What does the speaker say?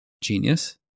genius